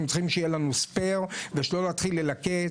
אנחנו צריכים שיהיה לנו ספייר, ושלא נתחיל ללקט.